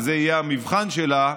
זה יהיה המבחן שלה,